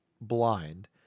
blind